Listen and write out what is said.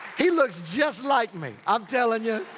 he looks just like me. i'm tellin' ya.